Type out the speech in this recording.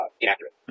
inaccurate